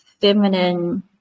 feminine